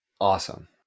Awesome